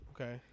Okay